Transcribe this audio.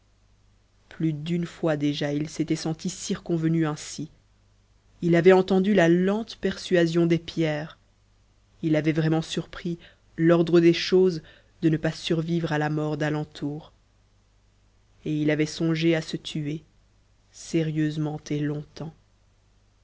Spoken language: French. plus d'une fois déjà il s'était senti circonvenu ainsi il avait entendu la lente persuasion des pierres il avait vraiment surpris l'ordre des choses de ne pas survivre à la mort d'alentour et il avait songé à se tuer sérieusement et longtemps